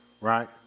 right